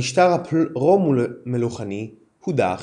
המשטר הפרו-מלוכני הודח